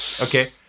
Okay